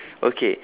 okay